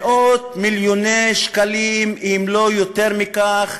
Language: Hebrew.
מאות מיליוני שקלים, אם לא יותר מכך,